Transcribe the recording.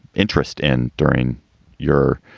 interest in during your